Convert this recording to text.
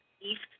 East